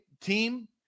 team